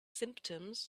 symptoms